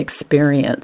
experience